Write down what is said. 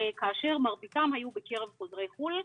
כאשר מרביתם היו בקרב חוזרי חו"ל,